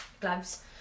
gloves